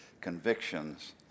convictions